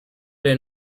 der